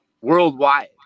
worldwide